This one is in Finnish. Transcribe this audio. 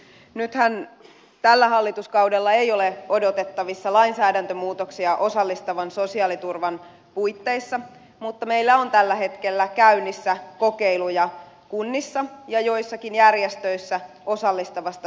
nythän tällä hallituskaudella ei ole odotettavissa lainsäädäntömuutoksia osallistavan sosiaaliturvan puitteissa mutta meillä on tällä hetkellä käynnissä kokeiluja kunnissa ja joissakin järjestöissä osallistavasta sosiaaliturvasta